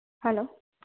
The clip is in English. hello